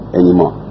anymore